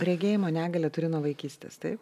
regėjimo negalią turi nuo vaikystės taip